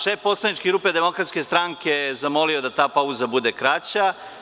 Šef poslaničke grupe DS me je zamolio da ta pauza bude kraća.